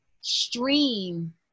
stream